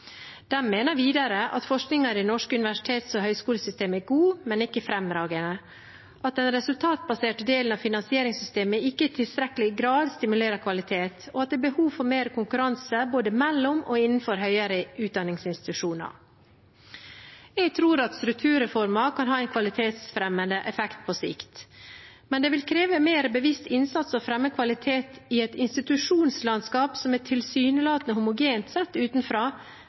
mener videre at forskningen i det norske universitets- og høyskolesystemet er god, men ikke fremragende, at den resultatbaserte delen av finansieringssystemet ikke i tilstrekkelig grad stimulerer kvalitet, og at det er behov for mer konkurranse både mellom og innenfor høyere utdanningsinstitusjoner. Jeg tror at strukturreformen kan ha en kvalitetsfremmende effekt på sikt. Men det vil kreve mer bevisst innsats å fremme kvalitet i et institusjonslandskap som er tilsynelatende homogent sett utenfra,